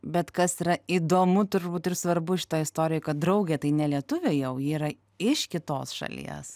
bet kas yra įdomu turbūt ir svarbu šitoj istorijoj kad draugė tai ne lietuvė jau yra iš kitos šalies